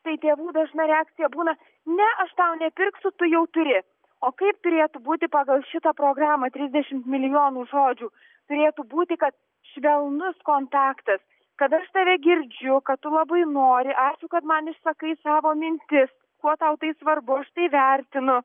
tai tėvų dažna reakcija būna ne aš tau nepirksiu tu jau turi o kaip turėtų būti pagal šitą programą trisdešim milijonų žodžių turėtų būti kad švelnus kontaktas kada aš tave girdžiu kad tu labai nori ačiū kad man išsakai savo mintis kuo tau tai svarbu aš tai vertinu